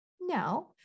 No